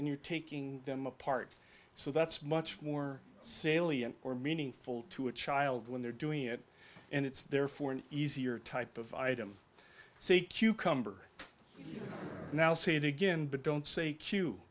and you taking them apart so that's much more salient or meaningful to a child when they're doing it and it's therefore an easier type of item say cucumber now say it again but don't say